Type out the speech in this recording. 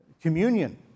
communion